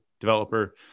developer